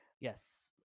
yes